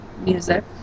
Music